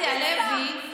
של הרצי הלוי,